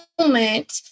moment